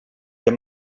fer